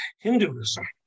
Hinduism